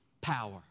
power